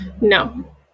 no